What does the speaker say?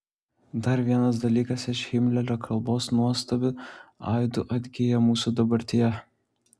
dar vienas dalykas iš himlerio kalbos nuostabiu aidu atgyja mūsų dabartyje